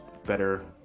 better